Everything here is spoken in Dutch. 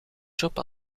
job